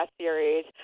series